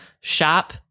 shop